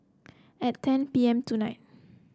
at ten P M tonight